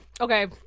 Okay